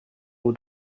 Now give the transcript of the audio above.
over